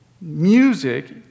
music